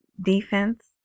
defense